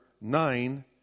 nine